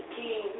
king